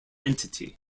entity